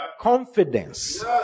Confidence